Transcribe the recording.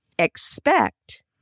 Expect